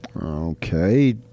Okay